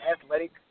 athletic